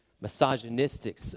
misogynistic